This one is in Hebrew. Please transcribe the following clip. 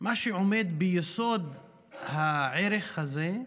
מה שעומד ביסוד הערך הזה,